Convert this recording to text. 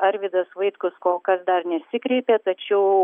arvydas vaitkus kol kas dar nesikreipė tačiau